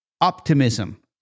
optimism